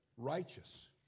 righteous